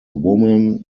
woman